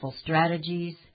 strategies